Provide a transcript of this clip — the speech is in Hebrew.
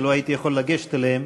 אילו יכולתי לגשת אליהם,